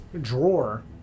drawer